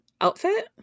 outfit